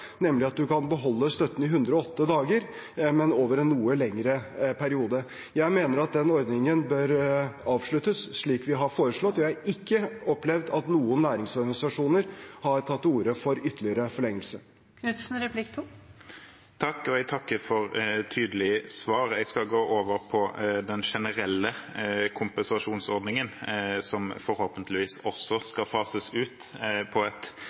nemlig at man kan beholde støtten i 108 dager, men over en noe lengre periode. Jeg mener at den ordningen bør avsluttes, slik vi har foreslått. Vi har ikke opplevd at noen næringsorganisasjoner har tatt til orde for ytterligere forlengelse. Jeg takker for tydelig svar. Jeg skal gå over på den generelle kompensasjonsordningen, som forhåpentligvis også skal fases ut på et